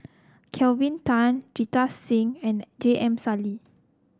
Kelvin Tan Jita Singh and J M Sali